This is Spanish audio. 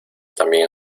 también